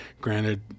Granted